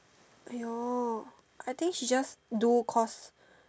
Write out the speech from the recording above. !aiyo! I think she just do cause